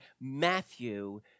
Matthew